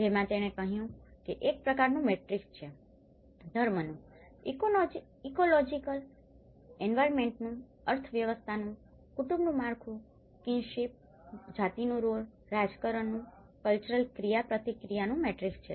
જેમાં તેણે કહ્યું છે કે એક પ્રકારનું મેટ્રિકસ છે ધર્મ નુંઈકોલોજીકલ એન્વાયરમેન્ટનું અર્થવ્યવસ્થાનું કુટુંબનું માળખું કીન્શીપkinshipસગપણનું જાતિનો રોલ રાજકારણનું કલ્ચરલ ક્રિયાપ્રતિક્રિયાનું મેટ્રિકસ છે